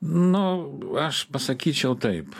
nu aš pasakyčiau taip